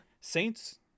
Saints